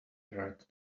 heard